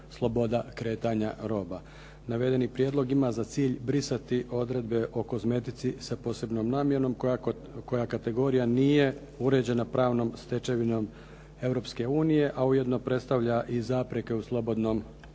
"Sloboda kretanja roba". Navedeni prijedlog ima za cilj brisati odredbe o kozmetici sa posebnom namjenom koja kategorija nije uređena pravnom stečevinom Europske unije a ujedno predstavlja i zapreke u slobodnom